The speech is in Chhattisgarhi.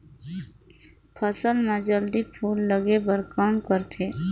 फसल मे जल्दी फूल लगे बर कौन करथे?